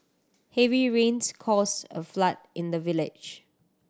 heavy rains caused a flood in the village